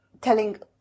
telling